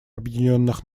объединенных